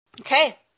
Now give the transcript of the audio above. Okay